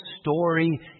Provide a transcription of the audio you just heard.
story